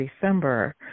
December